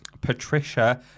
Patricia